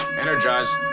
Energize